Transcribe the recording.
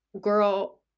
girl